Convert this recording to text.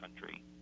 country